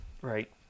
Right